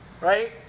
right